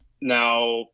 now